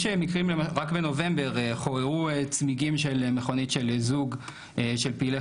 רק בנובמבר חוררו צמיגים של מכונית של זוג של פעילי